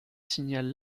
signale